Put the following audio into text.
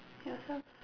yourself